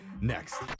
next